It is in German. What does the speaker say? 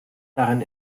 darin